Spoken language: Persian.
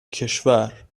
کشور